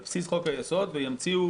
על בסיס חוק היסוד, וימציאו